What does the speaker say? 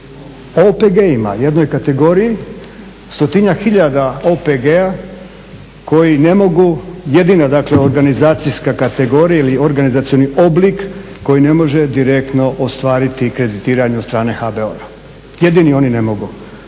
OPG-ima jednoj kategoriji stotinjak tisuća OPG-a koji ne mogu jedina organizacijska kategorija ili organizacijski oblik koji ne može direktno ostvariti kreditiranje od strane HBOR-a jedini oni ne mogu.